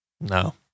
No